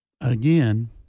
Again